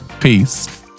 peace